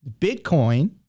Bitcoin